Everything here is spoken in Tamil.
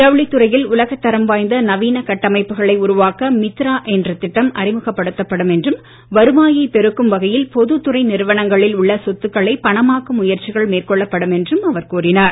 ஜவுளித் துறையில் உலகத் தரம் வாய்ந்த நவீன கட்டமைப்புகளை உருவாக்க மித்ரா என்ற திட்டம் அறிமுகப்படுத்தப்படும் என்றும் வருவாயை பெருக்கும் வகையில் பொது துறை நிறுவனங்களில் உள்ள சொத்துக்களை பணமாக்கும் முயற்சிகள் மேற்கொள்ளப்படும் என்றும் அவர் கூறினார்